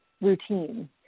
routine